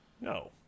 no